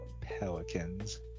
Pelicans